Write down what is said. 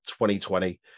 2020